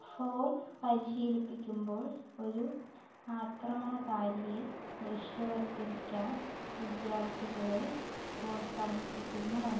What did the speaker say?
form പരിശീലിപ്പിക്കുമ്പോൾ ഒരു ആക്രമണക്കാരിയെ ദൃശ്യവൽക്കരിക്കാൻ വിദ്യാർത്ഥികളെ പ്രോത്സാഹിപ്പിക്കുന്നു